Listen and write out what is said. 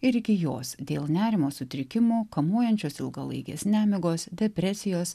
iki jos dėl nerimo sutrikimų kamuojančios ilgalaikės nemigos depresijos